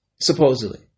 Supposedly